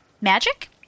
magic